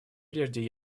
прежде